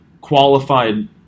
qualified